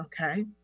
Okay